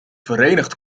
verenigd